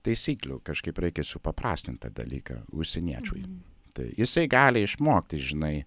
taisyklių kažkaip reikia supaprastint tą dalyką užsieniečiui tai jisai gali išmokti žinai